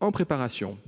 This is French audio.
en préparation.